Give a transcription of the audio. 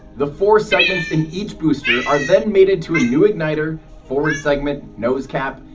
the four segments in each booster are then mated to a new igniter, forward segment, nose cap,